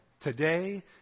today